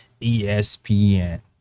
ESPN